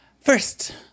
First